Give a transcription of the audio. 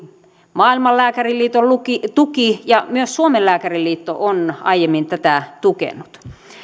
maailman lääkäriliiton tuki ja myös suomen lääkäriliitto on aiemmin tätä tukenut